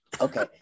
Okay